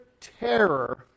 terror